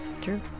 True